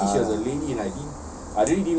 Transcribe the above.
ya lah